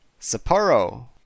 Sapporo